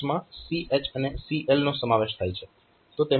CX માં CH અને CL નો સમાવેશ થાય છે